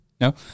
No